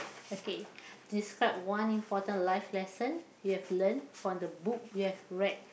okay describe one important life lesson you have learnt from the book you have read